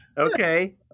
okay